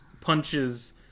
punches